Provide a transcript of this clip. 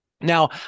Now